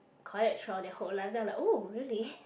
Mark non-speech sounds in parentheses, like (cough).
collect throughout their whole life then I was like oh really (breath)